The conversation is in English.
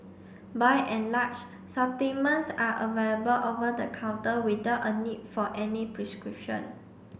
by and large supplements are available over the counter without a need for any prescription